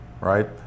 right